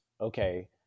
okay